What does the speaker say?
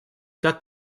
got